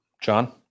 John